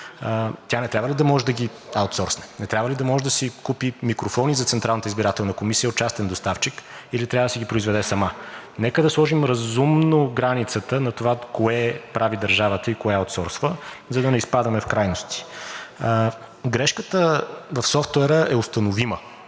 тя не трябва ли да може да ги аутсорсне, не трябва ли да може да си купи микрофони за Централната избирателна комисия от частен доставчик, или трябва да си ги произведе сама? Нека да сложим разумно границата на това кое прави държавата и кое аутсорсва, за да не изпадаме в крайности. Грешката в софтуера е установима.